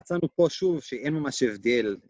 מצאנו פה שוב שאין ממש הבדל.